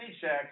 checks